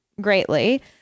greatly